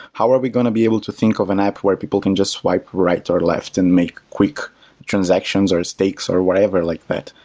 how are we going to be able to think of an app where people can just swipe right or left and make quick transactions or stakes, or whatever like that?